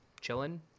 chilling